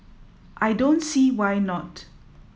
I don't see why not